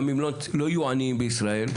גם אם לא יהיו עניים בישראל,